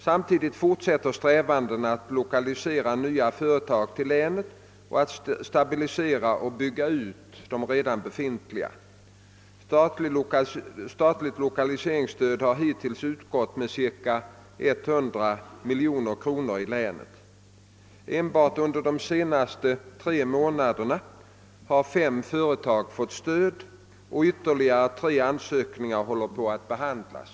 Samtidigt fortsätter strävandena att lokalisera nya företag till länet och att stabilisera och bygga ut de redan befintliga. Statligt lokaliseringsstöd har hittills utgått med cirka 100 miljoner kronor i länet. Enbart under de tre senaste månaderna har fem företag fått stöd och ytterligare tre ansökningar håller på att behandlas.